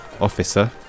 officer